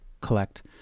collect